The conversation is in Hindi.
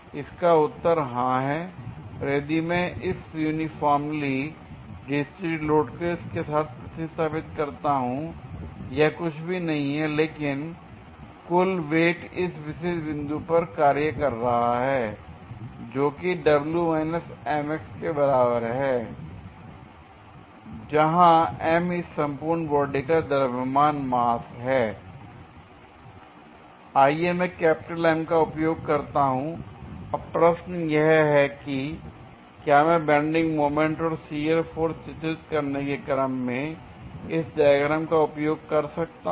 इसका उत्तर हां है और यदि मैं इस यूनिफार्मली डिस्ट्रब्यूटेड लोड को इसके साथ प्रतिस्थापित करता हूं यह कुछ भी नहीं है लेकिन कुल वेट इस विशेष बिंदु पर कार्य कर रहा है जोकि के बराबर हैं जहां M इस संपूर्ण बॉडी का द्रव्यमान हैं l आइए मैं कैपिटल M का उपयोग करता हूं l अब प्रश्न यह है कि क्या मैं बेंडिंग मोमेंट और शियर फोर्स चित्रित करने के क्रम में इस डायग्राम का उपयोग कर सकता हूं